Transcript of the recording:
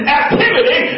activity